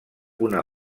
una